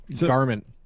garment